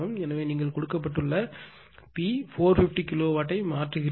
எனவே நீங்கள் இங்கே கொடுக்கப்பட்டுள்ள P 450 kW ஐ மாற்றுகிறீர்கள்